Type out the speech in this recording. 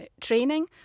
training